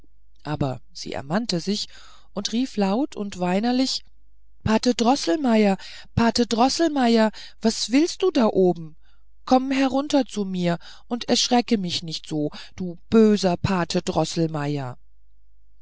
aber sie ermannte sich und rief laut und weinerlich pate droßelmeier pate droßelmeier was willst du da oben komm herunter zu mir und erschrecke mich nicht so du böser pate